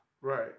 Right